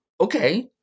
Okay